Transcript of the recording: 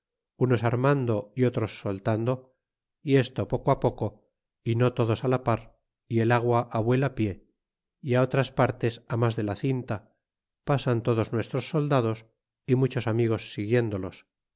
unos armando y otros soltando y esto poco poco y no todos á la par y el agua á vuelapie y a otras partes á mas de la cinta pasan todos nuestros soldados y muchos amigos siguiéndolos